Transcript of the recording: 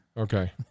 Okay